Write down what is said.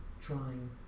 trying